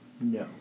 No